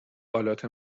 آلات